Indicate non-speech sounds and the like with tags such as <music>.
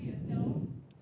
<breath>